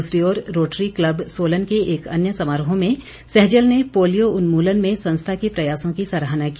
दूसरी ओर rotary club Solan के एक अन्य समारोह में सहजल ने पोलियो उन्मूलन में संस्था के प्रयासों की सराहना की